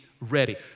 ready